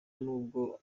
nubwo